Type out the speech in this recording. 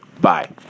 Bye